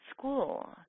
school